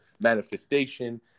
manifestation